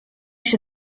się